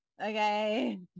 Okay